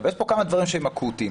אבל יש פה כמה דברים שהם אקוטיים.